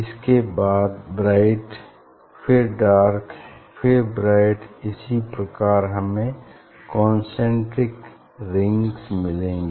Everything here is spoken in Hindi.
उसके बाद ब्राइट फिर डार्क फिर ब्राइट इस प्रकार हमें कन्सेन्ट्रिक रिंग्स मिलेंगी